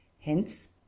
Hence